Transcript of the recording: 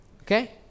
okay